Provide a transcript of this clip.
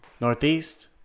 Northeast